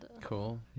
Cool